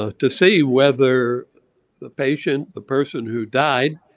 ah to see whether the patient, the person who died,